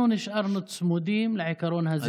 אנחנו נשארנו צמודים לעיקרון הזה,